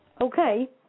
Okay